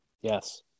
Yes